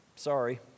Sorry